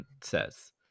says